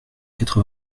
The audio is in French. quatre